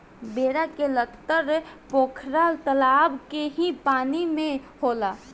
बेरा के लतर पोखरा तलाब के ही पानी में होला